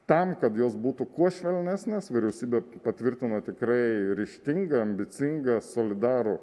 tam kad jos būtų kuo švelnesnės vyriausybė patvirtino tikrai ryžtingą ambicingą solidarų